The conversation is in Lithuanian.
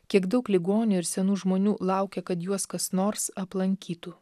kiek daug ligonių ir senų žmonių laukia kad juos kas nors aplankytų